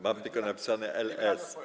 Mam tylko napisane LS.